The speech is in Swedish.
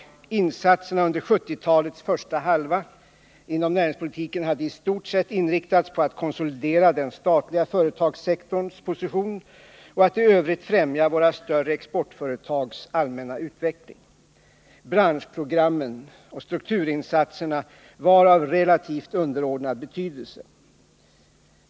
Insatserna inom näringspolitiken under 1970-talets första halva hade i stort sett inriktats på att konsolidera den statliga företagssektorns position och att i övrigt främja våra större exportföretags allmänna utveckling. Branschprogrammen och strukturinsatserna var av relativt underordnad betydelse.